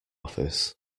office